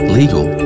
legal